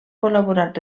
col·laborat